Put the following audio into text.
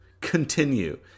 continue